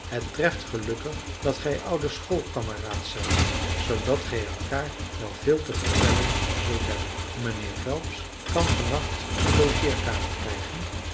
het treft gelukkig dat gij oude schoolkameraads zijt zoodat gij elkaar wel veel te vertellen zult hebben mijnheer phelps kan van nacht de logeerkamer krijgen